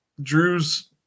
Drew's